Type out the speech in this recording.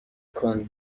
کند